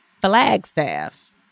Flagstaff